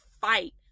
fight